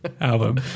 album